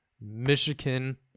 Michigan